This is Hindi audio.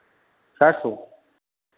चार सौ